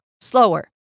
slower